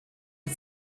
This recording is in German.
die